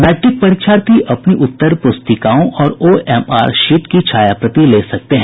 matric परीक्षार्थी अपनी उत्तर प्रस्तिकाओं और ओएमआर शीट की छायाप्रति ले सकते हैं